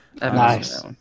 Nice